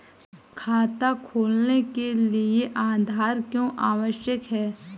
खाता खोलने के लिए आधार क्यो आवश्यक है?